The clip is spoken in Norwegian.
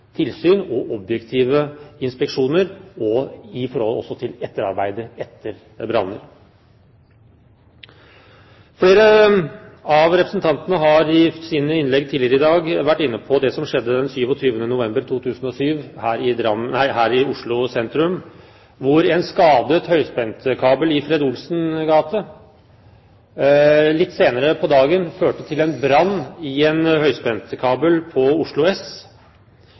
tilsyn og objektive inspeksjoner også i forhold til etterarbeidet etter branner. Flere av representantene har i sine innlegg tidligere i dag vært inne på det som skjedde den 27. november 2007 her i Oslo sentrum, hvor en skadet høyspentkabel i Fred. Olsens gate litt senere på dagen førte til en brann i en høyspentkabel på Oslo S.